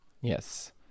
yes